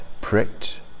pricked